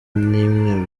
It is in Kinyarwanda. nimwe